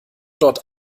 dort